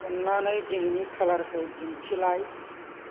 अन्नानै दिनैनि खालारखौ दिन्थिलाय